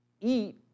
eat